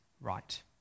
right